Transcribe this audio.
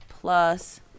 plus